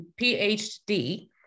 PhD